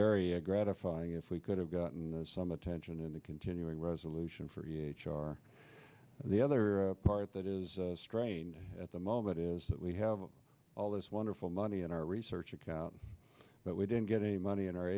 very a gratifying if we could have gotten some attention in the continuing resolution for you or the other part that is strained at the moment is that we have all this wonderful money in our research account but we didn't get any money in our